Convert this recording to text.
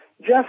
Jeff